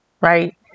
right